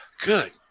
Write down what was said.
Good